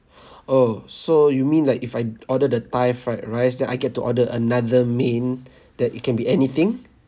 oh so you mean like if I order the thai fried rice then I get to order another main that it can be anything